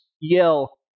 yell